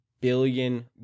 billion